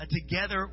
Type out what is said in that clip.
together